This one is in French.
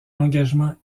engagement